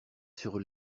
sur